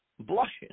Blushing